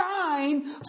shine